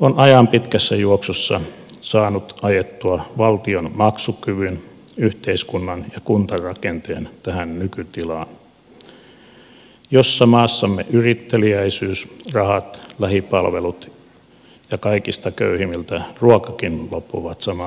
on ajan pitkässä juoksussa saanut ajettua valtion maksukyvyn yhteiskunnan ja kuntarakenteen tähän nykytilaan jossa maassamme yritteliäisyys rahat lähipalvelut ja kaikista köyhimmiltä ruokakin loppuvat samaan aikaan